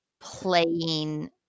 playing